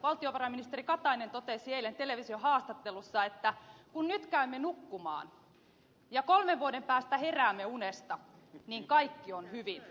valtiovarainministeri katainen totesi eilen televisiohaastattelussa että kun nyt käymme nukkumaan ja kolmen vuoden päästä heräämme unesta niin kaikki on hyvin